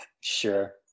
Sure